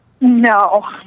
No